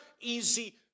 easy